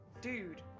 dude